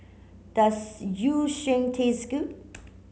does Yu Sheng taste good